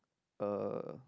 a